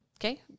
Okay